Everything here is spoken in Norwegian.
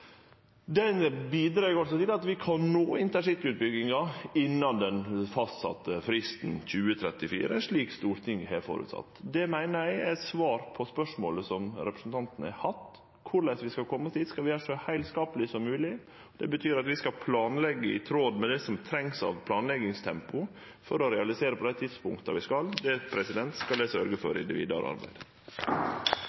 bidreg til at vi kan ferdigstille intercity-utbygginga innan den fastsette fristen, 2034, slik Stortinget føreset. Det meiner eg er svaret på spørsmålet som representanten Fasteraune har stilt. Korleis vi skal kome oss dit? Det skal vi gjere så heilskapleg som mogleg. Det betyr at vi skal planleggje i tråd med det som trengst med tanke på planleggingstempoet, for å realisere på dei tidspunkta vi skal. Det skal eg sørgje for